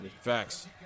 Facts